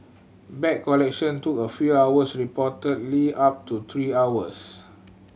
bag collection took a few hours reportedly up to three hours